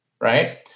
right